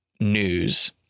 news